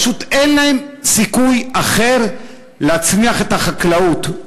פשוט אין להם סיכוי אחר להצמיח את החקלאות.